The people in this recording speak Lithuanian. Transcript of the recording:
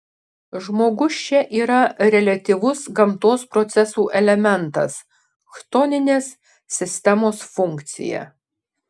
žmogus čia yra reliatyvus gamtos procesų elementas chtoninės sistemos funkcija